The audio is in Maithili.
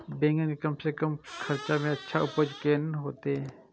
बेंगन के कम से कम खर्चा में अच्छा उपज केना होते?